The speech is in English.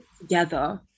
together